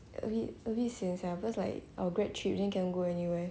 a bit a bit sian sia because like our grad trip then cannot go anywhere